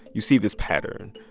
you see this pattern.